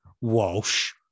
Walsh